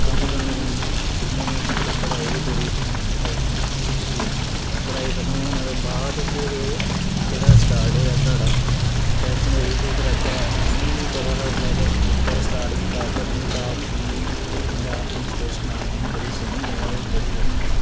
कम्म करने कन्नै जियां फिर पढ़ाई बी थोह्ड़ी खतम कीती पढ़ाई खतम होने दे बाद फिर जेह्ड़ा स्टार्ट होएया साढ़ा वैष्णो देवी तू फिर अग्गें मिगी निं पता हा उल्लै फिर स्टार्ट कीता पत्नीटॉप पत्नीटॉप हिल स्टेशन आखदे हे कि भई बड़ी सोह्नी जगह भई बड़ी सोह्नी